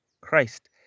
Christ